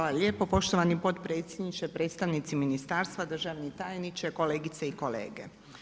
Hvala lijepo poštovani potpredsjedniče, predstavnici ministarstva, državni tajniče, kolegice i kolege.